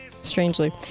strangely